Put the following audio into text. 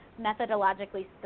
methodologically